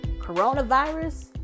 Coronavirus